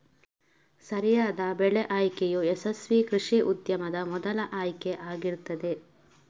ಸರಿಯಾದ ಬೆಳೆ ಆಯ್ಕೆಯು ಯಶಸ್ವೀ ಕೃಷಿ ಉದ್ಯಮದ ಮೊದಲ ಆಯ್ಕೆ ಆಗಿರ್ತದೆ